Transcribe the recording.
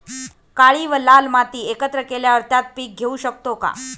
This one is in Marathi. काळी व लाल माती एकत्र केल्यावर त्यात पीक घेऊ शकतो का?